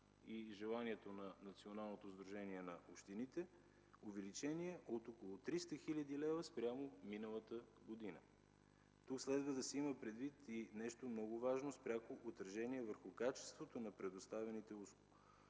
и желанието на Националното сдружение на общините, увеличение от около 300 хил. лв. спрямо миналата година. Тук следва да се има предвид нещо много важно с пряко отражение върху качеството на предоставяните услуги,